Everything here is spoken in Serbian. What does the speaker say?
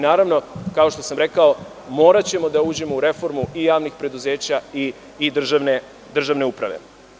Naravno, kao što sam rekao, moraćemo da uđemo u reformu i javnih preduzeća i državne uprave.